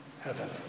heaven